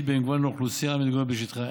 ובמגוון האוכלוסייה המתגוררת בשטחה.